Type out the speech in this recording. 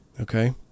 okay